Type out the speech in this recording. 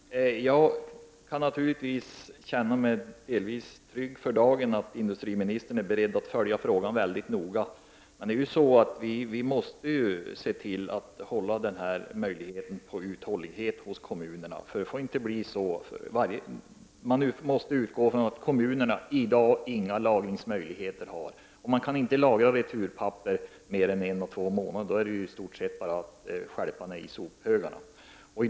Herr talman! Jag kan naturligtvis känna mig delvis trygg för dagen i och med att industriministern är beredd att följa frågan mycket noga. Men vi måste se till att kommunerna behåller uthålligheten. Vi måste utgå från att kommunerna i dag inte har några lagringsmöjligheter. Returpapper kan inte lagras mer än en eller två månader. Då är det i stort sett bara att stjälpa det på sophögarna.